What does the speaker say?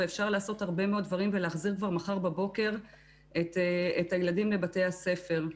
אפשר לעשות הרבה מאוד דברים ולהחזיר כבר מחר בבוקר את הילדים לבתי הספר.